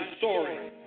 sorry